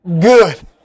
Good